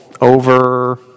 over